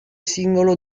singolo